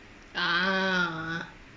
ah